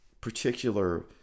particular